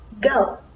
go